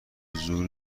زور